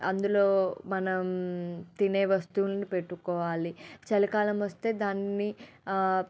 అందులో మనం తినే వస్తువులును పెట్టుకోవాలి చలికాలం వస్తే దాన్ని